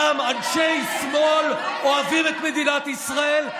גם אנשי שמאל אוהבים את מדינת ישראל,